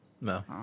No